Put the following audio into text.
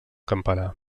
campanar